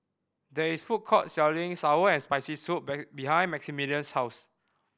there is a food court selling sour and Spicy Soup behind Maximilian's house